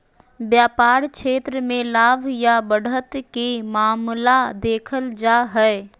व्यापार क्षेत्र मे लाभ या बढ़त के मामला देखल जा हय